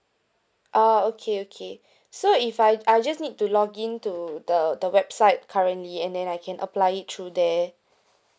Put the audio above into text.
ah okay okay so if I I just need to login to the the website currently and then I can apply it through there